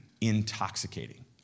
intoxicating